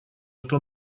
что